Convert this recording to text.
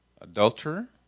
adulterer